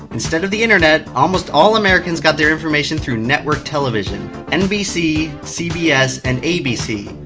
instead of the internet, almost all americans got their information through network television nbc, cbs and abc.